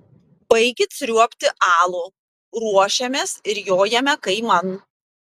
baikit sriuobti alų ruošiamės ir jojame kaiman